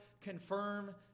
confirm